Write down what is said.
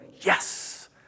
yes